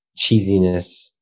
cheesiness